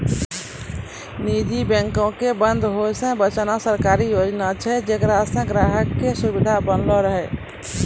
निजी बैंको के बंद होय से बचाना सरकारी योजना छै जेकरा से ग्राहको के सुविधा बनलो रहै